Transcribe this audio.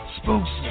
spooks